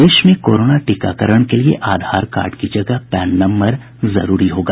प्रदेश में कोरोना टीकाकारण के लिए आधार कार्ड की जगह पैन नम्बर जरूरी होगा